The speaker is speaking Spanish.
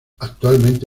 actualmente